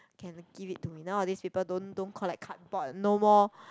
can give it to me nowadays people don't don't collect cardboard no more